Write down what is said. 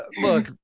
Look